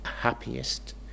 happiest